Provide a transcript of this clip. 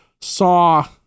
saw